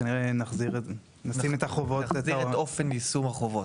כנראה נשים את החובות --- נחזיר את אופן יישום החובות.